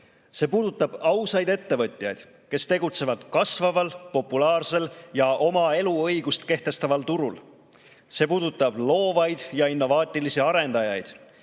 See puudutab ausaid ettevõtjaid, kes tegutsevad kasvaval populaarsel ja oma eluõigust kehtestaval turul. See puudutab loovaid ja innovaatilisi arendajaid,